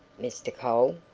mr. cole,